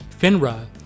FINRA